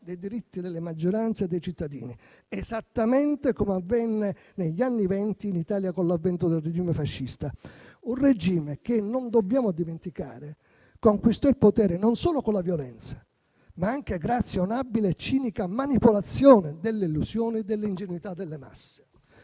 dei diritti delle maggioranze e dei cittadini, esattamente come avvenne negli anni Venti in Italia, con l'avvento del regime fascista; un regime che non dobbiamo dimenticare, che conquistò il potere non solo con la violenza, ma anche grazie a un'abile e cinica manipolazione delle illusioni e dell'ingenuità delle masse.